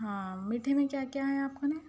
ہاں میٹھے میں کیا کیا ہے آپ کے